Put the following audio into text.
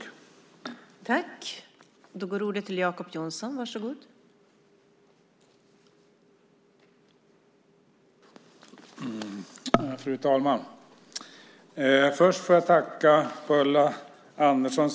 Då Ulla Andersson, som framställt interpellationen, anmält att hon var förhindrad att närvara vid sammanträdet medgav andre vice talmannen att Jacob Johnson i stället fick delta i överläggningen.